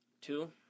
Two